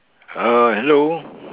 uh hello